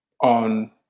on